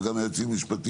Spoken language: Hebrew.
וגם הסיוע המשפטי.